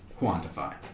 quantify